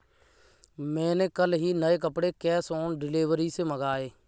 मैंने कल ही नए कपड़े कैश ऑन डिलीवरी से मंगाए